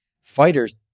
fighters